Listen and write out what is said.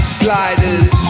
sliders